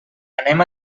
anem